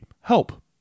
Help